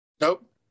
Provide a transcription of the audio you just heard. Nope